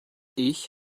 ich